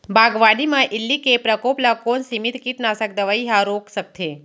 बागवानी म इल्ली के प्रकोप ल कोन सीमित कीटनाशक दवई ह रोक सकथे?